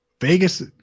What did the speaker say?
Vegas